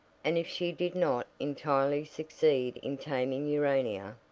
and if she did not entirely succeed in taming urania,